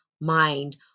mind